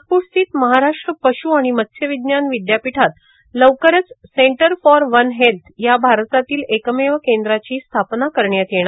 नागपूरस्थित महाराष्ट्र पशु आणि मत्स्य विज्ञान विद्यापीठात लवकरच सेंटर फॉर वन हेल्थ या भारतातील एकमेव केंद्राची स्थापना करण्यात येणार